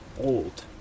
old